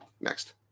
Next